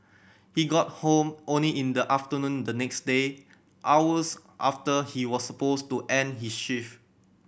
he got home only in the afternoon the next day hours after he was supposed to end his shift